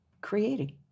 creating